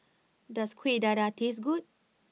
does Kuih Dadar taste good